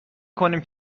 کنیم